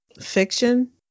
fiction